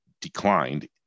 declined